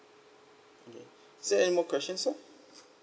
mm is there any more questions sir